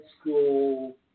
school